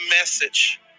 message